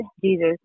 Jesus